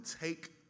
take